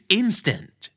instant